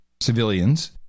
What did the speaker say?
civilians